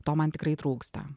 to man tikrai trūksta